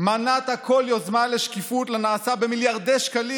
מנעת כל יוזמה לשקיפות של הנעשה במיליארדי השקלים